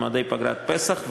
מועדי פגרת פסח,